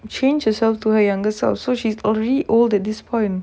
change herself to look younger so she's already old at this point